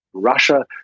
Russia